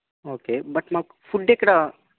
okay but మాకు food ఇక్కడ